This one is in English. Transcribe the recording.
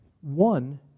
one